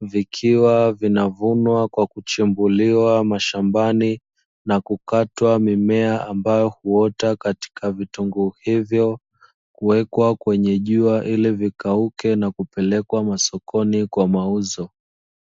vikiwa vinavunwa kwa kuchimbuliwa mashambani, na kukatwa mimea ambayo huota katika vitunguu hivyo, na kuwekwa kwenye jua ili vikauke na kupelekwa masokoni kwa mauzo.